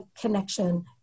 connection